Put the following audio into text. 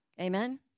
amen